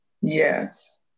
yes